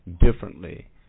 differently